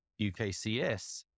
UKCS